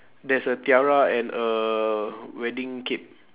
there's a tiara and a wedding cake